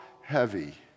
heavy